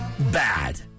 Bad